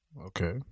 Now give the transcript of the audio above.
Okay